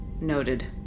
Noted